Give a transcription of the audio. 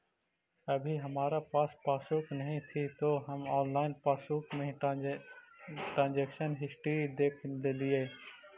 अभी हमारा पास पासबुक नहीं थी तो हम ऑनलाइन पासबुक में ही ट्रांजेक्शन हिस्ट्री देखलेलिये